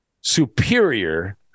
Superior